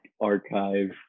archive